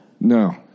no